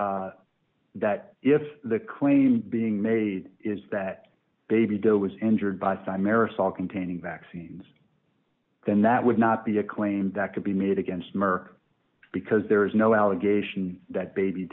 that that if the claim being made is that baby doe was injured by some aerosol containing vaccines then that would not be a claim that could be made against merck because there is no allegation that baby